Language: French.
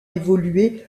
évolué